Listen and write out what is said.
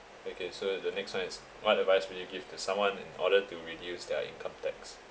okay so the next one is what advice would you give to someone in order to reduce their income tax